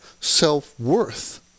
self-worth